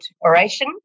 oration